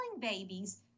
babies